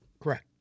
Correct